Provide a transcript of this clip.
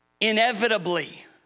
inevitably